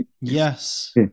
Yes